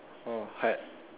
orh hard